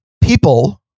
people